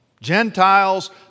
Gentiles